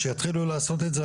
שיתחילו לעשות את זה.